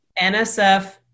NSF